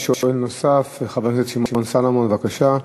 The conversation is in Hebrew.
יש שואל נוסף, חבר הכנסת שמעון סולומון, בבקשה.